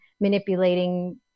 manipulating